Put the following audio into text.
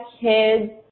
kids